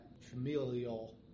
familial